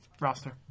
roster